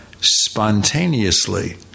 spontaneously